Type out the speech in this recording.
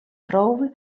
crawl